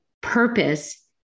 purpose